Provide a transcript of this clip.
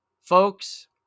Folks